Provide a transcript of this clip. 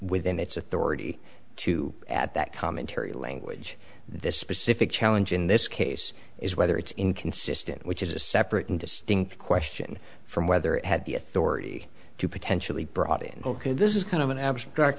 within its authority to at that commentary language this specific challenge in this case is whether it's inconsistent which is a separate and distinct question from whether it had the authority to potentially brought in ok this is kind of an abstract